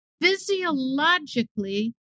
physiologically